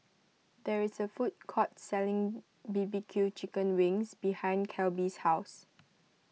there is a food court selling B B Q Chicken Wings behind Kelby's house